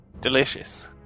Delicious